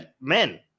men